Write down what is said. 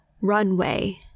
runway